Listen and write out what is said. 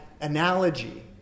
analogy